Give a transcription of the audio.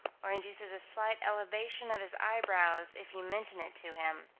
or induces a slight elevation of his eyebrows, if you mention it to him.